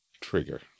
trigger